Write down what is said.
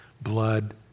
blood